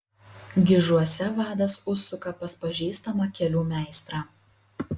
gižuose vadas užsuka pas pažįstamą kelių meistrą